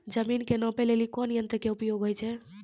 जमीन के नापै लेली कोन यंत्र के उपयोग होय छै?